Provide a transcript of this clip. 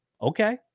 Okay